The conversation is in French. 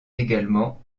également